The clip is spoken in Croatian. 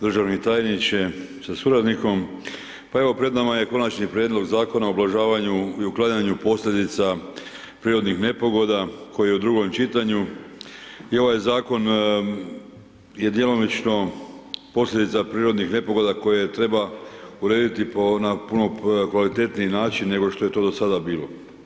Državni tajniče sa suradnikom, evo pred nama je Konačni prijedlog Zakona o ublažavanju i uklanjanju posljedica prirodnih nepogoda, koji je u drugom čitanju i ovaj zakon je djelomično posljedica prirodnih nepogoda koje treba urediti na puno kvalitetniji način nego što je to do sada bilo.